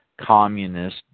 communist